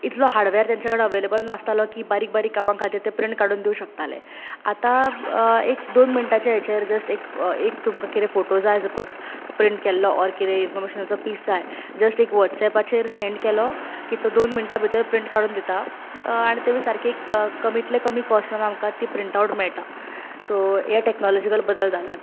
इतलो हार्डवॅर तेंचे कडेन अवेलबल नासताले की बारीक बारीक कामां खातीर ते प्रिन्ट काडुन दिवंक शकताले आता एक दोन मिनटाच्या हेचेर जस्ट एक एक तुमकां कितें फोटो जाय सपोज प्रिन्ट केल्लो ऑर किते इन्फॉर्मेशनाचो पिस जाय जस्ट एक वॉट्सएपाचेर सॅन्ड केलो की तो दोन मिनटां भितर प्रिन्ट काडुन दिता आनी तेवुय सारके क कमीतले कमी कॉस्टांत आमकां ती प्रिन्टआवट मेळटा सो हे टॅक्नोलॉजिकल बदल जाल्यात